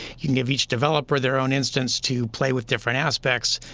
you can give each developer their own instance to play with different aspects.